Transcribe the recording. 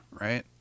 right